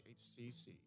hcc